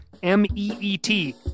M-E-E-T